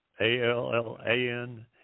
A-L-L-A-N